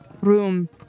room